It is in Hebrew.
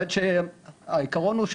העיקרון הוא,